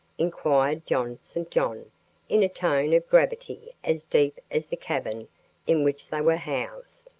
inquired john st. john in a tone of gravity as deep as the cavern in which they were housed.